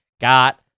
got